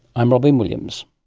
i'm robyn williams